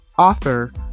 author